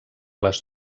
les